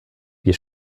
wir